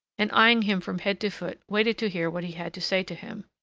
and, eyeing him from head to foot, waited to hear what he had to say to him.